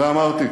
ואמרתי: